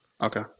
Okay